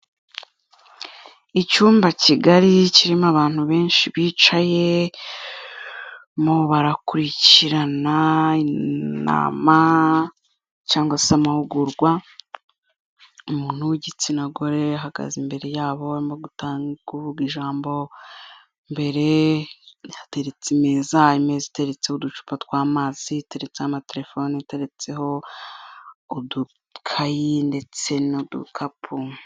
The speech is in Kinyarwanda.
Icyumba kigari kirimo abantu benshi bicaye mu barakurikirana inama cyangwa se amahugurwa, umuntu w'igitsina gore ahagaze imbere yabo kuvuga ijambo, imbere hateretse ameza, ameza ateretseho uducupa tw'amazi, iteretseho amatelefoni, iteretseho udukayi ndetse n'udukapu.